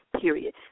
period